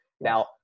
Now